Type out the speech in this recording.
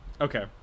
Okay